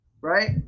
right